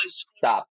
stop